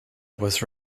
was